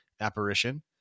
apparition